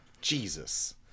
Jesus